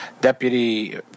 deputy